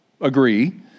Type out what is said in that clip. agree